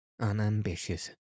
unambitious